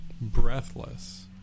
Breathless